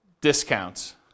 discounts